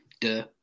Duh